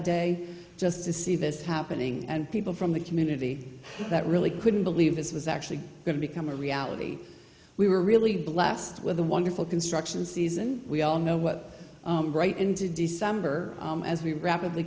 day just to see this happening and people from the community that really couldn't believe this was actually going to become a reality we were really blessed with a wonderful construction season we all know what right into december as we rapidly